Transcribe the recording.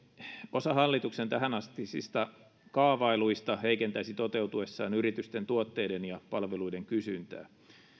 osa hallituksen tähänastisista kaavailuista heikentäisi toteutuessaan yritysten tuotteiden ja palveluiden kysyntää